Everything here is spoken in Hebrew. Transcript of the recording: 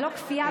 ללא כפייה,